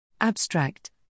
Abstract